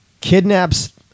kidnaps